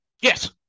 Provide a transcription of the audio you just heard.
Yes